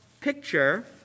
picture